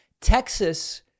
Texas